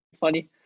funny